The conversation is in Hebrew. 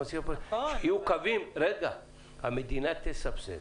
המדינה תסבסד